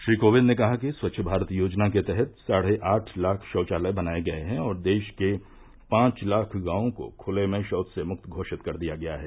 श्री कोविंद ने कहा कि स्वच्छ भारत योजना के तहत साढ़े आठ लाख शौचालय बनाये गये हैं और देश के पांच लाख गांवों को खुले में शौच से मुक्त घोषित कर दिया गया है